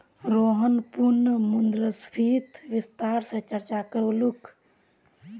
रोहन पुनः मुद्रास्फीतित विस्तार स चर्चा करीलकू